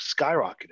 skyrocketing